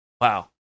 Wow